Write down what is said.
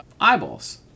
eyeballs